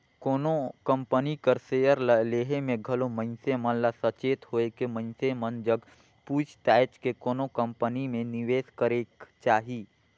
कोनो कंपनी कर सेयर ल लेहे में घलो मइनसे मन ल सचेत होएके मइनसे मन जग पूइछ ताएछ के कोनो कंपनी में निवेस करेक चाही